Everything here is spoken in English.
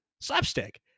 slapstick